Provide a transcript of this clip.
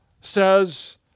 says